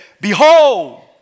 Behold